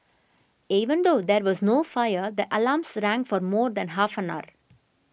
even though there was no fire the alarms rang for more than half an hour